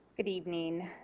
good evening.